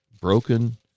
broken